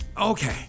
Okay